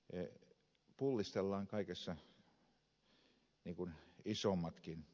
pullistellaan kaikessa niin kuin isommatkin